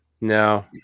no